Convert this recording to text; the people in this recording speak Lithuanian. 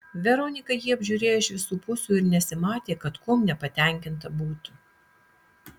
veronika jį apžiūrėjo iš visų pusių ir nesimatė kad kuom nepatenkinta būtų